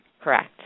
Correct